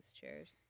chairs